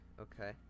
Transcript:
okay